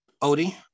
Odie